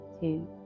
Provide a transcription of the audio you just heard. two